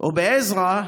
או בעזרא,